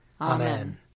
Amen